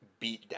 Beatdown